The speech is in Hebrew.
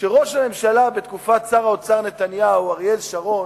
שראש הממשלה בתקופת שר האוצר נתניהו, אריאל שרון,